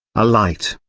a light,